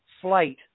flight